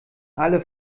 alle